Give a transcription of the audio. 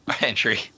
entry